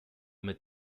mit